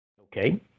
Okay